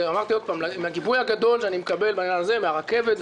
זה הגיבוי הגדול שאני מקבל בעניין הזה מהרכבת,